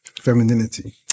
femininity